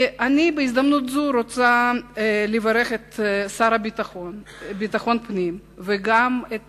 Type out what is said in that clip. אני רוצה בהזדמנות זו לברך את השר לביטחון פנים וגם את